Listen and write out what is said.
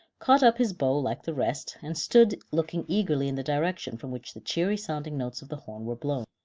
caught up his bow like the rest, and stood looking eagerly in the direction from which the cheery sounding notes of the horn were blown.